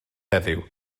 heddiw